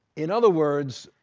in other words,